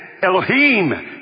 Elohim